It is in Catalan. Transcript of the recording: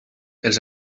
els